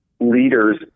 leaders